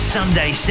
Sunday